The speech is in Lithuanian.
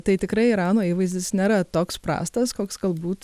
tai tikrai irano įvaizdis nėra toks prastas koks galbūt